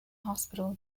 hospital